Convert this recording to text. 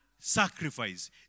sacrifice